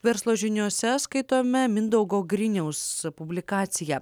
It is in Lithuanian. verslo žiniose skaitome mindaugo griniaus publikaciją